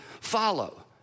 follow